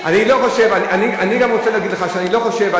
אני גם רוצה להגיד לך שאני לא חושב,